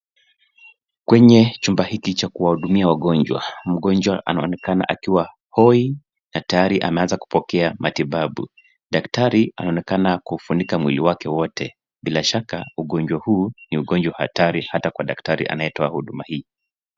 Kwenye chumba hiki cha kuwahudumia wagonjwa. Mgonjwa anaonekana akiwa hoi na tayari ameanza kupokea matibabu. Daktari anaonekana kuufunika mwili wake wote. Bila shaka , ugonjwa huu ni ugonjwa hatari hata kwa daktari anayetoa huduma hii.